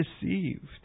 deceived